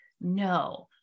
no